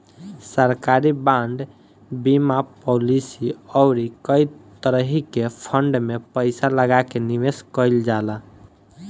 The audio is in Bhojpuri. सरकारी बांड, बीमा पालिसी अउरी कई तरही के फंड में पईसा लगा के निवेश कईल जाला